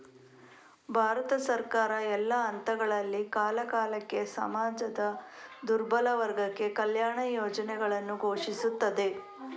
ಭಾರತ ಸರ್ಕಾರ, ಎಲ್ಲಾ ಹಂತಗಳಲ್ಲಿ, ಕಾಲಕಾಲಕ್ಕೆ ಸಮಾಜದ ದುರ್ಬಲ ವರ್ಗಕ್ಕೆ ಕಲ್ಯಾಣ ಯೋಜನೆಗಳನ್ನು ಘೋಷಿಸುತ್ತದೆ